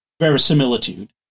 verisimilitude